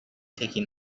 taking